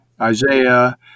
Isaiah